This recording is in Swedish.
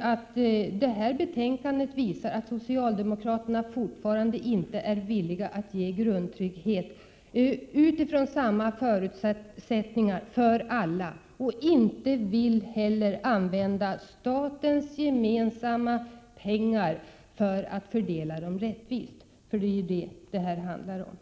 att det här betänkandet visar att socialdemokraterna fortfarande inte är villiga att ge grundtrygghet utifrån samma förutsättningar till alla. De vill inte heller fördela statens gemensamma pengar rättvist; det är ju det som detta handlar om.